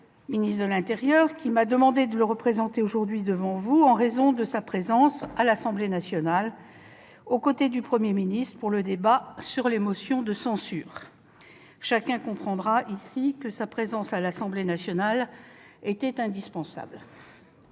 ministre de l'intérieur, qui m'a demandé de le représenter aujourd'hui en raison de sa présence à l'Assemblée nationale, aux côtés du Premier ministre, pour le débat sur les motions de censure. Chacun comprendra que sa présence à l'Assemblée nationale était indispensable.